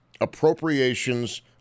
appropriations